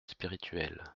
spirituel